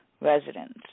Residents